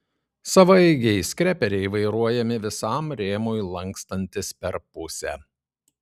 savaeigiai skreperiai vairuojami visam rėmui lankstantis per pusę